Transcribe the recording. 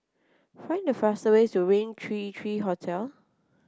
find the fastest way to Rain Three Three Hotel